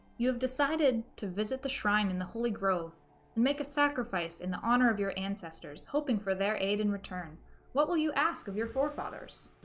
you have decided to visit the shrine in the holy grove make a sacrifice in the honor of your ancestors hoping for their aid in return what will you ask of your forefathers